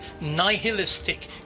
nihilistic